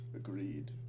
Agreed